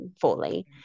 fully